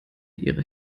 ihre